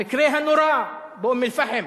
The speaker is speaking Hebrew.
המקרה הנורא באום-אל-פחם,